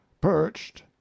perched